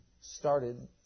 started